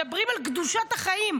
אתם מדברים על קדושת החיים,